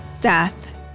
death